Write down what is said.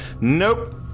Nope